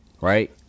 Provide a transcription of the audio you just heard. Right